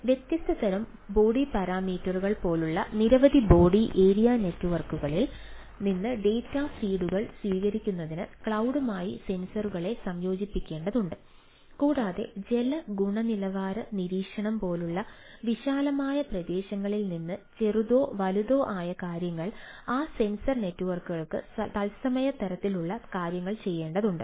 അതിനാൽ വ്യത്യസ്ത തരം ബോഡി പാരാമീറ്ററുകൾ തത്സമയ തരത്തിലുള്ള കാര്യങ്ങൾ ചെയ്യേണ്ടതുണ്ട്